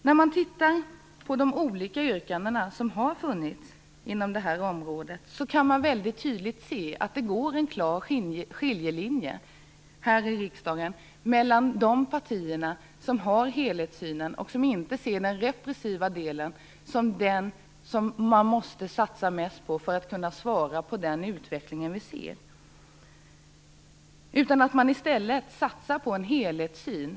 När man tittar på de olika yrkanden som har funnits inom det här området kan man tydligt se att det går en klar skiljelinje mellan de partier här i riksdagen som har en helhetssyn och som inte ser den repressiva delen som den som man måste satsa mest på för att kunna svara på den utveckling vi ser, och de partier som inte har en sådan helhetssyn.